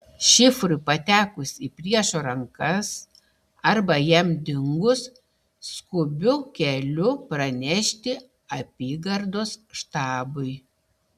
šifrui patekus į priešo rankas arba jam dingus skubiu keliu pranešti apygardos štabui